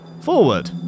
Forward